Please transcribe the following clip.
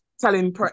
telling